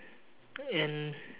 and